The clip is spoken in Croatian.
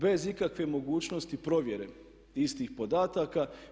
Bez ikakve mogućnosti provjere istih podataka.